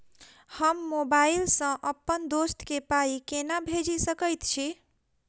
हम मोबाइल सअ अप्पन दोस्त केँ पाई केना भेजि सकैत छी?